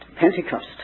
Pentecost